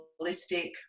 holistic